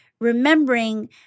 remembering